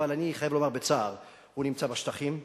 אבל אני חייב לומר בצער: הוא נמצא בשטחים.